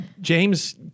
James